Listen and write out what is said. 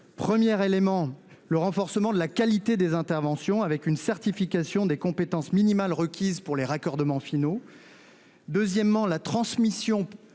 Première éléments le renforcement de la qualité des interventions avec une certification des compétences minimales requises pour les raccordements finaux. Oui. Deuxièmement, la transmission